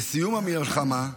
בסיום המלחמה,